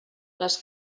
les